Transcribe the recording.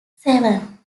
seven